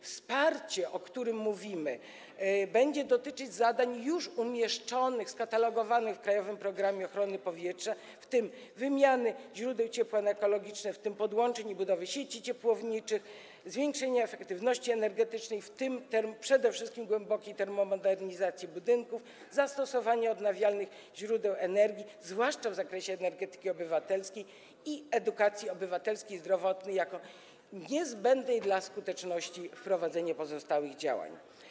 Wsparcie, o którym mówimy, będzie dotyczyć zadań już umieszczonych, skatalogowanych w „Krajowym programie ochrony powietrza”: wymiany źródeł ciepła na ekologiczne, w tym podłączeń i budowy sieci ciepłowniczych; zwiększenia efektywności energetycznej, w tym przede wszystkim głębokiej termomodernizacji budynków; zastosowania odnawialnych źródeł energii, zwłaszcza w zakresie energetyki obywatelskiej; zdrowotnej edukacji obywatelskiej jako niezbędnej dla skuteczności wprowadzenia pozostałych działań.